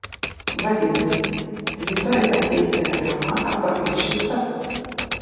vadinasi rytoj ateis telegrama arba grįš jis pats